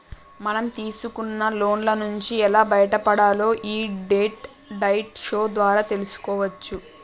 మనం తీసుకున్న లోన్ల నుంచి ఎలా బయటపడాలో యీ డెట్ డైట్ షో ద్వారా తెల్సుకోవచ్చు